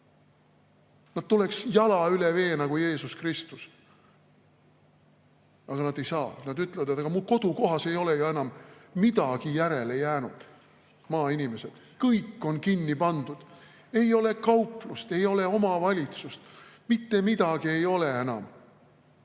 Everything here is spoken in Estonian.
Nad tuleks jala üle vee nagu Jeesus Kristus, aga nad ei saa. Nad ütlevad, et mu kodukohas ei ole ju enam midagi järele jäänud – [nad on] maainimesed –, kõik on kinni pandud. Ei ole kauplust, ei ole omavalitsust, mitte midagi ei ole enam.